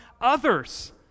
others